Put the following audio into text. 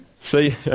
See